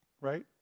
right